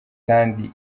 kandi